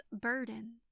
burden